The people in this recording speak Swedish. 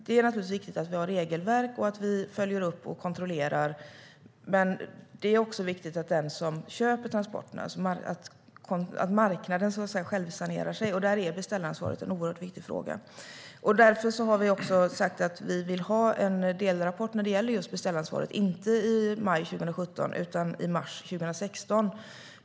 Det är naturligtvis viktigt att vi har regelverk och att vi följer upp och kontrollerar, men även den som köper transporterna har ett ansvar. Det är viktigt att marknaden så att säga självsanerar. Beställaransvaret är en oerhört viktig fråga. Därför har vi också sagt att vi vill ha en delrapport om beställaransvaret, inte i maj 2017 utan i mars 2016.